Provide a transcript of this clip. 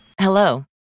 Hello